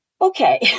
okay